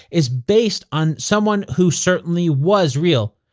is based on someone who certainly was real.